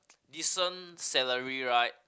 decent salary right